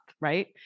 right